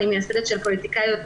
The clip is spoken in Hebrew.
אני מייסדת של פוליטיקאיות צעירות,